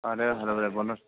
অ দে ভাল হ'ব দে